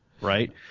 Right